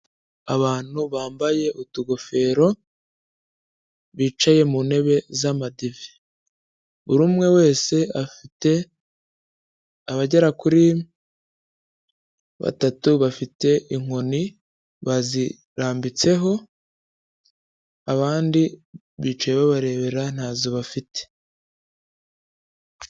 Abantu bambaye utugofero, bicaye mu ntebe z'amadive, buri umwe wese afite abagera kuri batatu bafite inkoni bazirambitseho, abandi bicaye babarebera ntazo bafite.